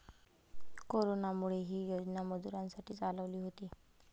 कोरोनामुळे, ही योजना मजुरांसाठी चालवली होती